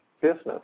business